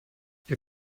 ihr